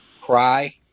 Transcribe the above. cry